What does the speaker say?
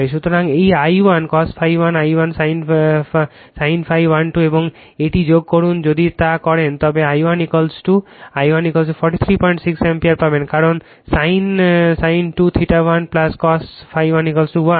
সুতরাং এই I1 cos ∅ 1 I1 sin ∅ 1 2 এবং এটি যোগ করুন যদি তা করেন তবে I1 436 অ্যাম্পিয়ার পাবেন কারণ sin 2 ∅ 1 cos ∅ 1 1